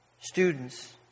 students